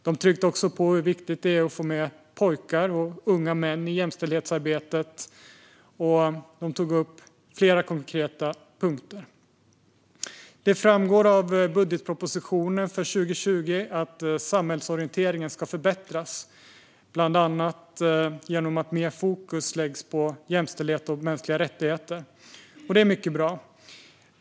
De tryckte också på hur viktigt det är att få med pojkar och unga män i jämställdhetsarbetet. De tog upp fler konkreta punkter. Det framgår av budgetpropositionen för 2020 att samhällsorienteringen ska förbättras, bland annat genom att mer fokus läggs på jämställdhet och mänskliga rättigheter. Det är mycket bra.